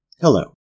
Hello